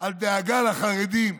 על דאגה לחרדים.